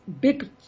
big